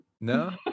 no